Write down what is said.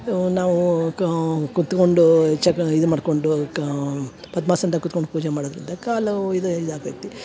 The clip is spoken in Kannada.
ನಾವು ಕುತ್ಕೊಂಡು ಜಗ ಇದನ್ನ ಮಾಡ್ಕೊಂಡು ಕಾ ಪದ್ಮಾಸನದಾಗ ಕೂತ್ಕೊಂಡು ಪೂಜೆ ಮಾಡೋದರಿಂದ ಕಾಲು ಇದು ಇದು ಆಗ್ತೈತಿ